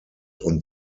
und